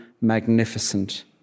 magnificent